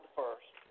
first